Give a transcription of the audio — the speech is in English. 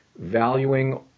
valuing